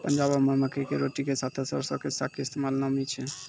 पंजाबो मे मकई के रोटी के साथे सरसो के साग के इस्तेमाल नामी छै